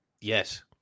yes